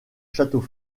château